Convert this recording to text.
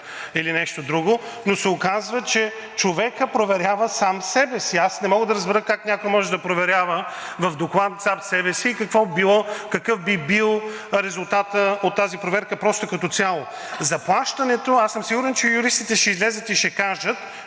или нещо друго, но се оказва, че човекът проверява сам себе си. Аз не мога да разбера как някой може да проверява в доклад сам себе си и какъв би бил резултатът от тази проверка, просто като цяло. Заплащането, аз съм сигурен, че юристите ще излязат и ще кажат,